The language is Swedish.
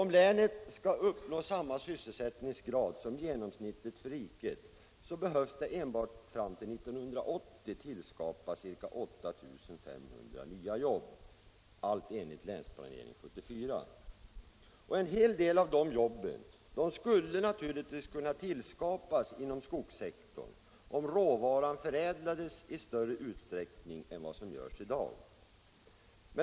Om länet skall kunna uppnå samma sysselsättningsgrad som genomsnittet för riket, behövs det enbart fram till år 1980 tillskapas ca 8500 nya jobb, allt enligt Länsplanering 74. En hel del av de jobben skulle naturligtvis kunna tillskapas inom skogssektorn, om råvaran förädlades i större utsträckning än vad som görs i dag.